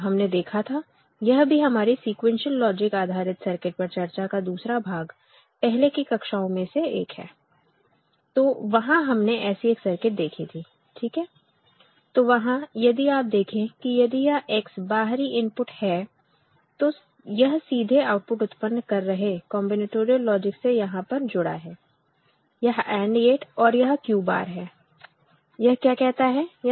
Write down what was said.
हां हमने देखा था यह भी हमारी सीक्वेंशियल लॉजिक आधारित सर्किट पर चर्चा का दूसरा भाग पहले की कक्षाओं में से एक है तो वहां हमने ऐसी एक सर्किट देखी थी ठीक है तो वहां यदि आप देखें कि यदि यह X बाहरी इनपुट है तो यह सीधे आउटपुट उत्पन्न कर रहे कांबिनटोरियल लॉजिक से यहां पर जुड़ा है यह AND गेट और यह Q bar है यह क्या कहता है